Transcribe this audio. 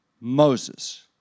Moses